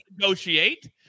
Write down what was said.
negotiate